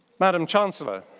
madame chancellor.